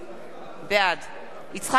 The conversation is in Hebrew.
בעד יצחק הרצוג,